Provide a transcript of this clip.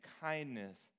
kindness